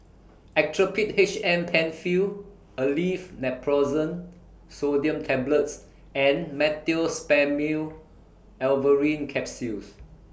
Actrapid H M PenFill Aleve Naproxen Sodium Tablets and Meteospasmyl Alverine Capsules